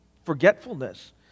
forgetfulness